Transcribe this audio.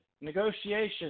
negotiation